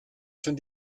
schon